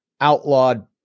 outlawed